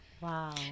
Wow